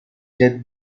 death